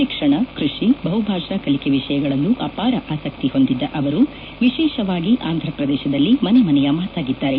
ಶಿಕ್ಷಣ ಕೃಷಿ ಬಹುಭಾಷಾ ಕಲಿಕೆ ವಿಷಯಗಳಲ್ಲೂ ಅಪಾರ ಆಸಕ್ತಿ ಹೊಂದಿದ್ದ ಅವರು ವಿಶೇಷವಾಗಿ ಆಂಧ್ರಪ್ರದೇಶದಲ್ಲಿ ಮನೆ ಮನೆಯ ಮಾತಾಗಿದ್ದಾರೆ